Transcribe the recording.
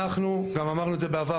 אנחנו אמרנו את זה גם בעבר,